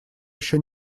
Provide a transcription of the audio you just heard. еще